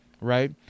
right